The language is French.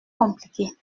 compliqué